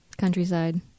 countryside